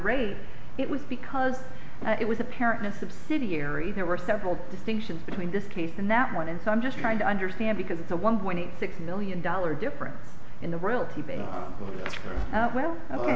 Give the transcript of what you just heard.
rate it was because it was apparent subsidiary there were several distinctions between this case and that one and so i'm just trying to understand because it's a one point six million dollar difference in the real well